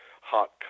hot